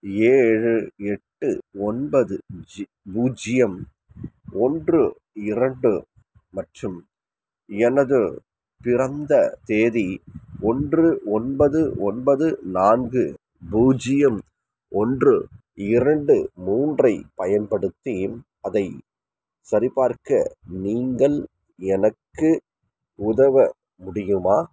ஏழு எட்டு ஒன்பது ஜீ பூஜ்ஜியம் ஒன்று இரண்டு மற்றும் எனதுப் பிறந்தத் தேதி ஒன்று ஒன்பது ஒன்பது நான்கு பூஜ்ஜியம் ஒன்று இரண்டு மூன்றைப் பயன்படுத்தி அதைச் சரிபார்க்க நீங்கள் எனக்கு உதவ முடியுமா